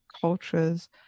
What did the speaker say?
cultures